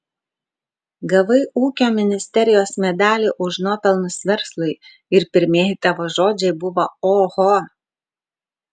gavai ūkio ministerijos medalį už nuopelnus verslui ir pirmieji tavo žodžiai buvo oho